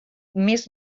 més